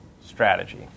strategy